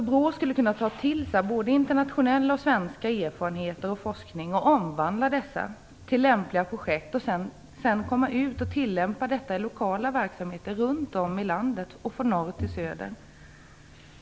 BRÅ skulle kunna ta till sig både internationella och svenska erfarenheter och forskning och omvandla dessa till lämpliga projekt och sedan tillämpa detta i lokala verksamheter runt om i landet, från norr till söder.